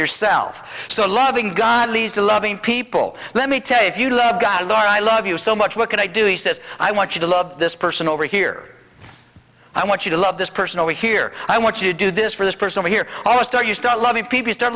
yourself so loving god leads to loving people let me tell you if you love god i love you so much what can i do he says i want you to love this person over here i want you to love this person over here i want you to do this for this person here almost are you still love me people start